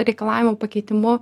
reikalavimų pakeitimu